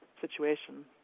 situation